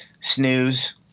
Snooze